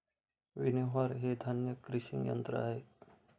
winnower हे धान्य crushing यंत्र आहे